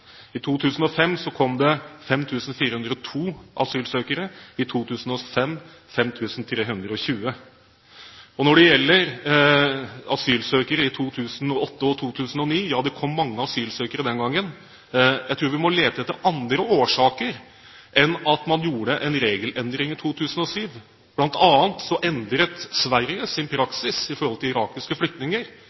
I 2005 kom det 5 402 asylsøkere, i 2006 5 320. Når det gjelder asylsøkere i 2008 og 2009 – ja, det kom mange asylsøkere den gangen – tror jeg vi må lete etter andre årsaker enn at man gjorde en regelendring i 2007. Blant annet endret Sverige sin praksis overfor irakiske flyktninger,